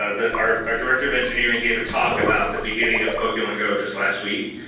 ah the art director of engineering gave a talk about the beginning of pokemon go just last week,